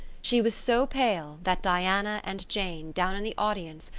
she was so pale that diana and jane, down in the audience,